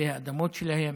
אלה האדמות שלהם.